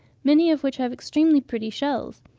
many of which have extremely pretty shells.